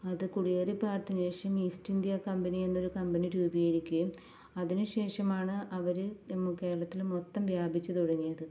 അത് കുടിയേറി പാർത്തതിനു ശേഷം ഈസ്റ്റ് ഇന്ത്യ കമ്പനി എന്നൊരു കമ്പനി രൂപീകരിക്കുകയും അതിനുശേഷം ആണ് അവര് കേരളത്തിൽ മൊത്തം വ്യാപിച്ചു തുടങ്ങിയത്